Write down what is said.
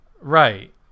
Right